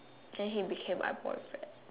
then he became my boyfriend